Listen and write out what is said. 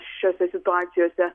šiose situacijose